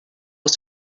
aus